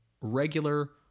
regular